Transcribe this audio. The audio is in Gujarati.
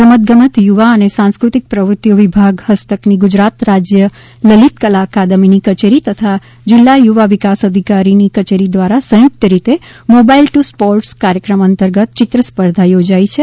રમતગમત યુવા અને સાંસ્કૃત્તિક પ્રવૃત્તિઓ વિભાગ હસ્તકની ગુજરાત રાજ્ય લલિતકલા અકાદમીની કચેરી તથા જિલ્લા યુવા વિકાસ અધિકારીની કચેરી દ્વારા સંયુક્ત રીતે મોબાઈલ ટુ સ્પોર્ટ્સ કાર્યક્રમ અંતર્ગત આ ચિત્રસ્પર્ધાનું આયોજન કરાયું છે